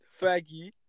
Fergie